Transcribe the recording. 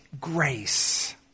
grace